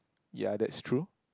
ya that's true